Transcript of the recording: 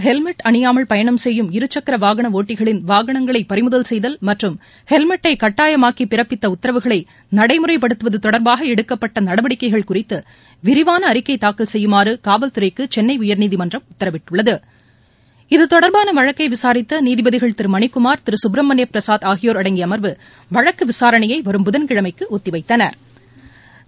helmet அணியாமல் பயணம் தமிழகத்தில் செய்யும் இருசக்கரவாகனஒட்டிகளின் வாகனங்களைபறிமுதல் செய்தல் மற்றம் ஹெல்மெட்டைகட்டாயமாக்கிபிறப்பித்தஉத்தரவுகளைநடைமுறைப்படுத்துவதுதொடா்பாகஎடுக்கப்பட்டநடவடிக்கை கள் குறித்துவிரிவானஅறிக்கைதாக்கல் செய்யுமாறுகாவல்துறைக்குசென்னைஉயா்நீதிமன்றம் உத்தரவிட்டுள்ளது இது தொடர்பானவழக்கைவிசாித்தநீதிபதிக்ளதிருமணிக்குமார் திருசுப்ரமணியம் பிரசாத் ஆகியோர் அடங்கியஅமா்வு வழக்குவிசாரணையவரும் புதன்கிழமைக்குஒத்திவைத்தனா்